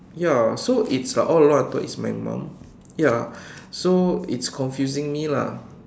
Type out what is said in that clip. ya so it's uh all along I thought it's my mom ya so it's confusing me lah